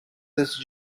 this